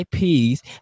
IPs